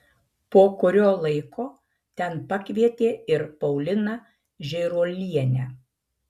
po kurio laiko ten pakvietė ir pauliną žėruolienę